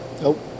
nope